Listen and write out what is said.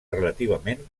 relativament